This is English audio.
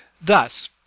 Thus